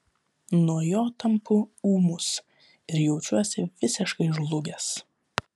nuo jo tampu ūmus ir jaučiuosi visiškai žlugęs